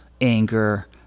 anger